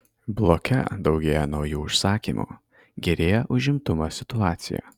bloke daugėja naujų užsakymų gerėja užimtumo situacija